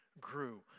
grew